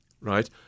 right